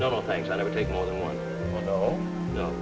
no thanks i never take more than one no no